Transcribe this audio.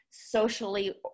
socially